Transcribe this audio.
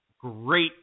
great